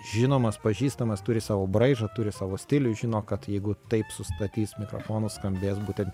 žinomas pažįstamas turi savo braižą turi savo stilių žino kad jeigu taip sustatys mikrofonus skambės būtent